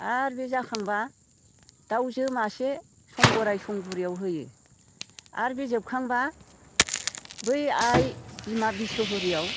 आरो बे जाखांब्ला दाउजो मासे संबोराय संबुरैयाव होयो आरो बे जोबखांब्ला बै आइ बिमा बिस'हरिआव